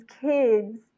kids